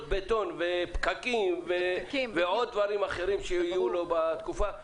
בטון ופקקים ועוד דברים אחרים שיהיו לו בתקופה.